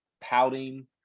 pouting –